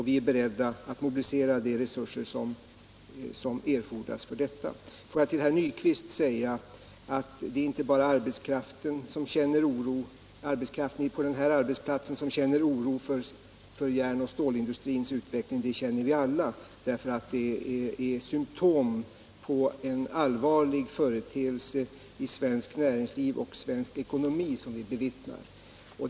Vi är beredda att mobilisera de resurser som erfordras för detta. Får jag sedan säga till herr Nyquist att det inte bara är arbetskraften på den här arbetsplatsen som känner oro för järn och stålindustrins utveckling. Oron känner vi alla, därför att det är symtom på en allvarlig företeelse i svenskt näringsliv och svensk ekonomi som vi bevittnar.